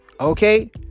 Okay